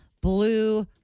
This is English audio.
blue